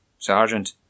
Sergeant